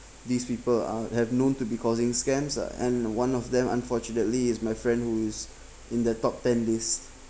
these people are have known to be causing scams uh and one of them unfortunately is my friend who is in the top ten list